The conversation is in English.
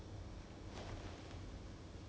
she sh~ she's not allergic to it